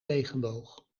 regenboog